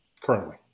Currently